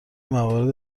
موارد